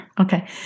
Okay